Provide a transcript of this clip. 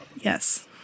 Yes